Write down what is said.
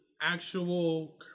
actual